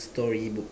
storybook